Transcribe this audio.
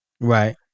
Right